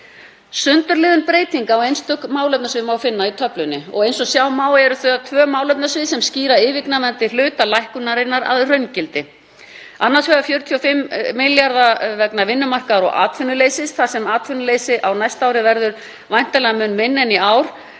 Sundurliðun breytinga á einstök málefnasvið má finna í töflunni og eins og sjá má eru það tvö málefnasvið sem skýra yfirgnæfandi hluta lækkunarinnar að raungildi, annars vegar 45 milljarðar vegna vinnumarkaðar og atvinnuleysis þar sem atvinnuleysi á næsta ári verður væntanlega mun minna en í ár,